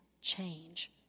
change